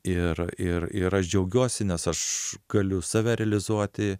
ir ir ir aš džiaugiuosi nes aš galiu save realizuoti